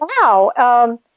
wow